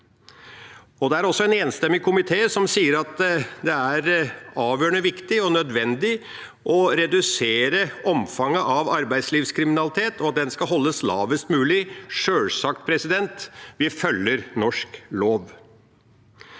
Det er også en enstemmig komité som sier at det er avgjørende viktig og nødvendig å redusere omfanget av arbeidslivskriminalitet, og at den skal holdes lavest mulig – sjølsagt, vi følger norsk lov.